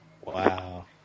Wow